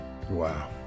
wow